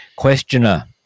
Questioner